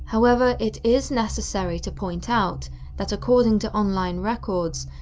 however, it is necessary to point out that, according to online records,